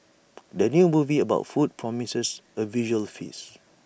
the new movie about food promises A visual feast